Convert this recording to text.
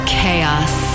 chaos